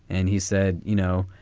and he said, you know,